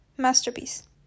masterpiece